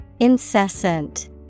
Incessant